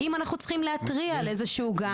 אם אנחנו צריכים להתריע על איזשהו גן.